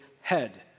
head